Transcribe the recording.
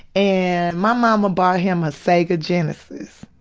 and my momma bought him a sega genesis.